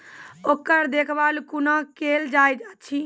ओकर देखभाल कुना केल जायत अछि?